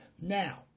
Now